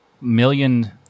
million